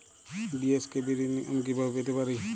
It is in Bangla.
বি.এস.কে.বি ঋণ আমি কিভাবে পেতে পারি?